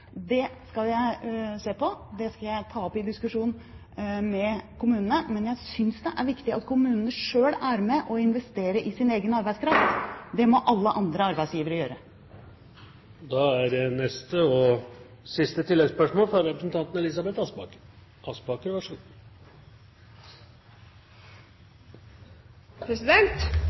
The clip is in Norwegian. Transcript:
skal jeg se på. Det skal jeg ta opp i diskusjon med kommunene. Men jeg synes det er viktig at kommunene selv er med på å investere i sin egen arbeidskraft. Det må alle andre arbeidsgivere gjøre. Elisabeth Aspaker – til neste og siste